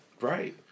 right